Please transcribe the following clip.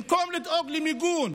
במקום לדאוג למיגון